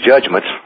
judgments